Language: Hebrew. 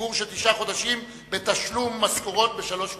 פיגור של תשעה חודשים בתשלום משכורות בשלוש מועצות.